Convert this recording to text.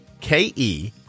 K-E